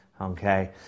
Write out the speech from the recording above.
Okay